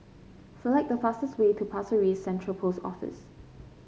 select the fastest way to Pasir Ris Central Post Office